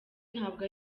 ntabwo